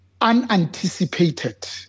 unanticipated